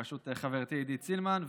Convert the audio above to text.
בראשות חברתי עידית סילמן,